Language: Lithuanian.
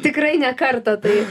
tikrai ne kartą tai